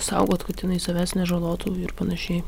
saugot kad jinai savęs nežalotų ir panašiai